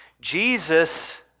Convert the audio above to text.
Jesus